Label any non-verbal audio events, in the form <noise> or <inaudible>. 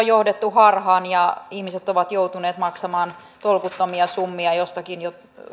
<unintelligible> johdettu harhaan ja ihmiset ovat joutuneet maksamaan tolkuttomia summia joistakin